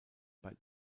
bei